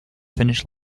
finish